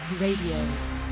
RADIO